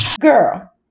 girl